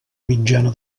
mitjana